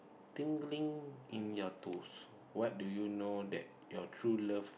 tingling in your toes what do you know that your true love